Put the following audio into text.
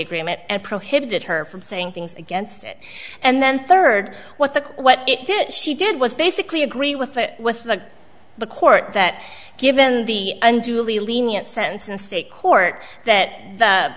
agreement and prohibited her from saying things against it and then third what the what it did she did was basically agree with with the the court that given the unduly lenient sentence in state court that the